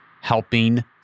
helping